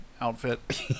outfit